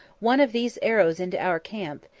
one of these arrows into our camp,